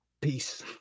Peace